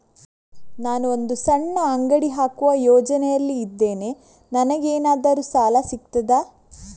ನಾನು ಒಂದು ಸಣ್ಣ ಅಂಗಡಿ ಹಾಕುವ ಯೋಚನೆಯಲ್ಲಿ ಇದ್ದೇನೆ, ನನಗೇನಾದರೂ ಸಾಲ ಸಿಗ್ತದಾ?